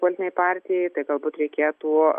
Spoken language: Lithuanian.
politinei partijai tai galbūt reikėtų